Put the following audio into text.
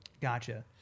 Gotcha